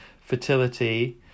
fertility